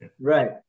Right